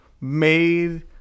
...made